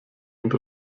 und